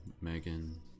Megan